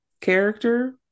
character